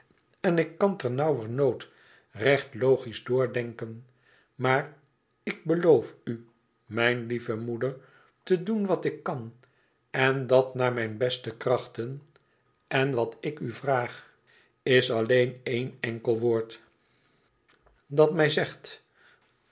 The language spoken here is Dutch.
en ik kan ternauwernood recht logisch doordenken maar ik beloof u mijn lieve moeder te doen wat ik kan en dat naar mijn beste krachten en wat ik u vraag is alleen éen enkel woord dat mij zegt